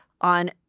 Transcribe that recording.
on